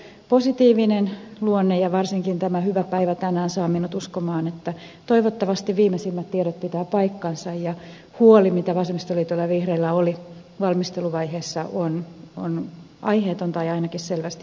mutta positiivinen luonne ja varsinkin tämä hyvä päivä tänään saa minut uskomaan että toivottavasti viimeisimmät tiedot pitävät paikkansa ja huoli mikä vasemmistoliitolla ja vihreillä oli valmisteluvaiheessa on aiheeton tai ainakin selvästi pienempi